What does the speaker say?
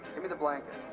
give me the blanket.